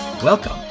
Welcome